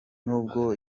nubwo